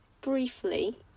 briefly